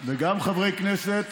וגם של חברי כנסת